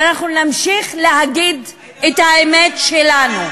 ואנחנו נמשיך להגיד את האמת שלנו.